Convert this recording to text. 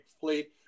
fleet